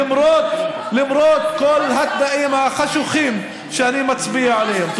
למרות כל התנאים החשוכים שאני מצביע עליהם.